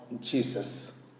Jesus